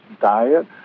diet